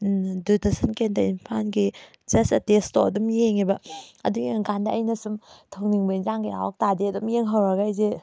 ꯗꯨꯔꯗꯁꯟ ꯀꯦꯟꯗ꯭ꯔ ꯏꯝꯐꯥꯜꯒꯤ ꯖꯁ ꯑꯦ ꯇꯦꯁꯇꯣ ꯑꯗꯨꯝ ꯌꯦꯡꯉꯦꯕ ꯑꯗꯨ ꯌꯦꯡꯉ ꯀꯥꯟꯗ ꯑꯩꯅ ꯁꯨꯝ ꯊꯣꯡꯅꯤꯡꯕ ꯏꯟꯖꯥꯡꯒ ꯌꯥꯎꯔꯛꯇꯥꯔꯗꯤ ꯑꯗꯨꯝ ꯌꯦꯡꯍꯧꯔꯒ ꯑꯩꯁꯦ